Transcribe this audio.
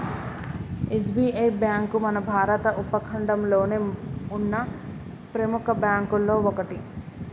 SBI bank మన భారత ఉపఖండంలోనే ఉన్న ప్రెముఖ బ్యేంకుల్లో ఒకటి